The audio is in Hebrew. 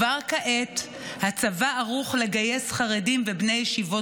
כבר כעת הצבא ערוך לגייס חרדים ובני ישיבות